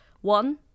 One